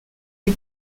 les